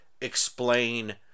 explain